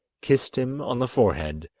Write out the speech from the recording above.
kissed him on the forehead,